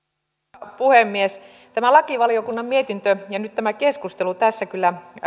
arvoisa puhemies lakivaliokunnan mietintö ja nyt tämä keskustelu kyllä